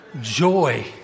Joy